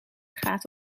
gaat